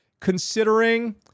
considering